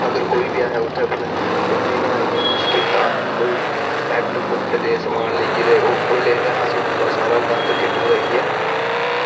अगर कोई बी अस उत्थै कुदै रोटी बनाई जां किश कीता कोई पैकेट पूकट ते समान लेई गे ते ओह् असें खोह्ले ते असें उत्थां सारा गंद किट्ठा करियै